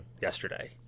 yesterday